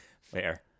Fair